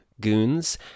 goons